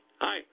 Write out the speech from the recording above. Hi